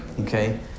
Okay